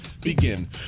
begin